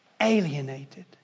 alienated